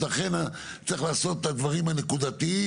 לכן צריך לעשות את הדברים הנקודתיים.